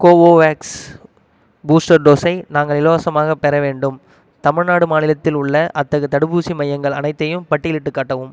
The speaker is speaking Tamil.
கோவோவேக்ஸ் பூஸ்டர் டோஸை நாங்கள் இலவசமாகப் பெற வேண்டும் தமிழ்நாடு மாநிலத்தில் உள்ள அத்தகு தடுப்பூசி மையங்கள் அனைத்தையும் பட்டியலிட்டுக் காட்டவும்